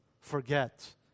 forget